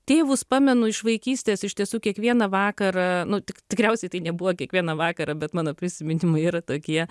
tėvus pamenu iš vaikystės iš tiesų kiekvieną vakarą nu tik tikriausiai tai nebuvo kiekvieną vakarą bet mano prisiminimai yra tokie